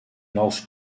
nous